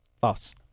False